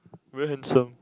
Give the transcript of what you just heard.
very handsome